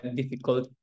difficult